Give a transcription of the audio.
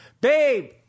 babe